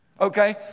okay